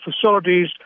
facilities